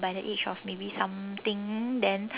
by the age of maybe something then